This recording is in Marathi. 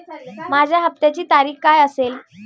माझ्या हप्त्याची तारीख काय असेल?